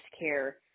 care